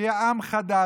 שיהיה עם חדש,